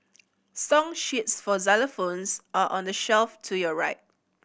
song sheets for xylophones are on the shelf to your right